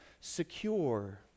secure